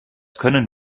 können